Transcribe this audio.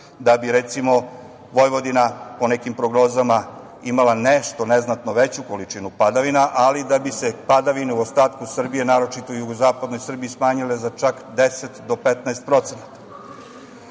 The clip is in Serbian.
da bi recimo Vojvodina po nekim prognozama imala nešto neznatno veću količinu padavina, ali da bi se padavine u ostatku Srbije, naročito u jugozapadnoj Srbiji smanjile čak 10 do 15%.Sve